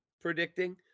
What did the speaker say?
predicting